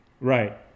Right